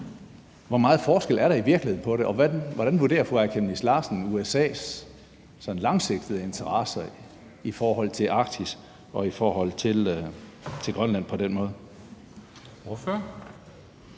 hvor meget forskel er der i virkeligheden mellem dem, og hvordan vurderer fru Aaja Chemnitz Larsen USA's sådan langsigtede interesser i forhold til Arktis og i forhold til Grønland på den måde?